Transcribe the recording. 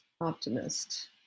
Optimist